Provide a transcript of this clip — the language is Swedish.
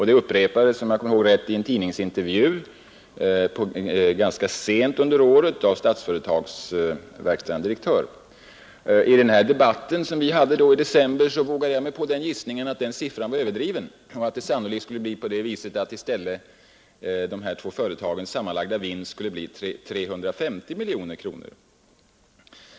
Det upprepades, om jag minns rätt, av Statsföretags verkställande direktör i en tidningsintervju ganska sent under året. I debatten i december vågade jag mig på gissningen att den siffran var överdriven och att de båda företagens sammanlagda vinst sannolikt skulle bli endast 350 miljoner kronor.